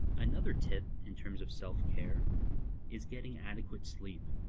another tip, in terms of self-care is getting adequate sleep.